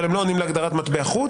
אבל הם לא עונים להגדרת "מטבע חוץ".